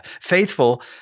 Faithful